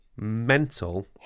mental